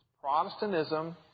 Protestantism